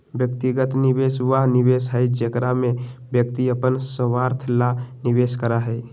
व्यक्तिगत निवेश वह निवेश हई जेकरा में व्यक्ति अपन स्वार्थ ला निवेश करा हई